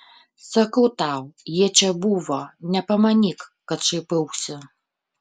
sakau tau jie čia buvo nepamanyk kad šaipausi